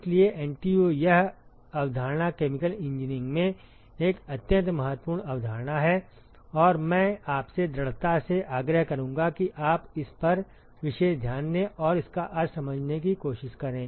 इसलिए एनटीयू यह अवधारणा केमिकल इंजीनियरिंग में एक अत्यंत महत्वपूर्ण अवधारणा है और मैं आपसे दृढ़ता से आग्रह करूंगा कि आप इस पर विशेष ध्यान दें और इसका अर्थ समझने की कोशिश करें